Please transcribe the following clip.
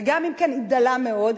וגם אם כן, היא דלה מאוד.